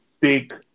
big